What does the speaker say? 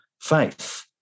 faith